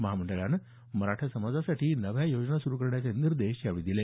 महामंडळाने मराठा समाजासाठी नव्या योजना सुरू करण्याचे निर्देश यावेळी देण्यात आले